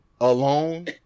alone